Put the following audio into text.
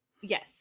yes